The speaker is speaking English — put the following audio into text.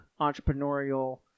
entrepreneurial